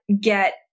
get